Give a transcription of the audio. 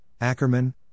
Ackerman